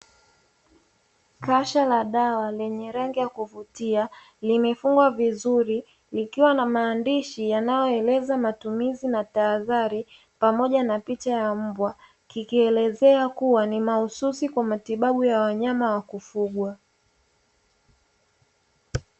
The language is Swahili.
Kasha la dawa lenye rangi ya kuvutia, limefungwa vizuri likiwa na maandishi yanayoeleza matumizi na tahadhari, pamoja na picha ya mbwa kikielezea kuwa ni mahususi kwa matibabu ya wanyama wa kufugwa.